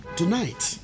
tonight